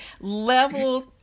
level